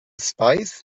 spies